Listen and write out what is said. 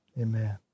Amen